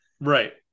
Right